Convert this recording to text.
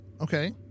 Okay